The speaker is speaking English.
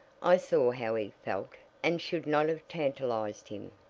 i saw how he felt, and should not have tantalized him.